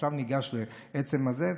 עכשיו ניגש לעצם העניין,